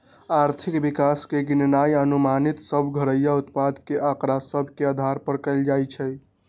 आर्थिक विकास के गिननाइ अनुमानित सभ घरइया उत्पाद के आकड़ा सभ के अधार पर कएल जाइ छइ